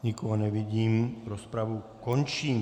Nikoho nevidím, rozpravu končím.